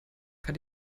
kann